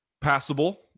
passable